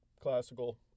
classical